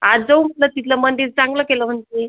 आज जाऊ म्हंटलं तिथला मंदिर चांगलं केलं म्हणते